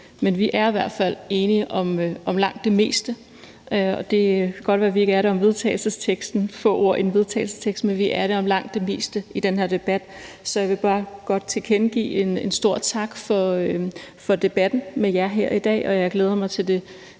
Men vi er i hvert fald enige om langt det meste – det kan godt være, at vi ikke er det om nogle få ord i vedtagelsesteksten, men vi er det om langt det meste i den her debat. Så jeg vil bare godt udtrykke en stor tak for debatten med jer her i dag, og jeg glæder mig til det